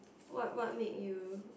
what what made you